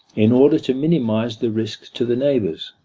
in order to minimize the risk to the neighbours.